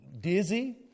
dizzy